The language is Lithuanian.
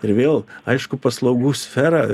ir vėl aišku paslaugų sfera